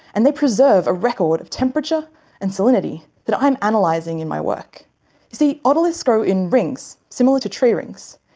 and they preserve a record of temperature and salinity that i'm analysing in my work. you see, otoliths grow in rings, similar to tree rings,